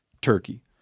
turkey